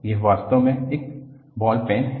यह वास्तव में एक बॉल पेन है